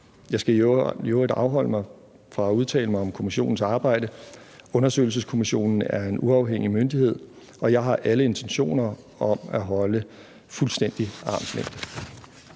Jeg skal i øvrigt afholde mig fra at udtale mig om kommissionens arbejde. Undersøgelseskommissionen er en uafhængig myndighed, og jeg har alle intentioner om at holde fuldstændig armslængde.